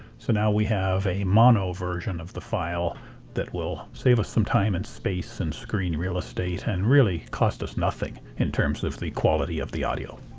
so now we have a mono version of the file that will save us some time and space and screen real estate and really cost us nothing in terms of the quality of the audio.